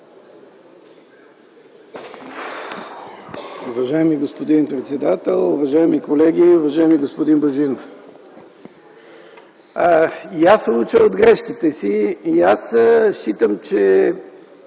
Уважаема госпожо председател, уважаеми колеги! Уважаеми господин Божинов, и аз се уча от грешките си. Считам, че